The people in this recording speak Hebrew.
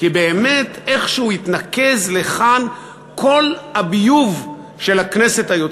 כי באמת איכשהו התנקז לכאן כל הביוב של הכנסת היוצאת.